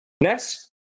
Next